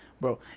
Bro